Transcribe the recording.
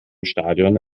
stadion